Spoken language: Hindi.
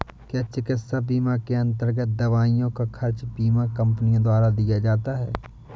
क्या चिकित्सा बीमा के अन्तर्गत दवाइयों का खर्च बीमा कंपनियों द्वारा दिया जाता है?